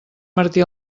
martí